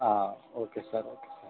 okay sir okay